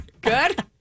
Good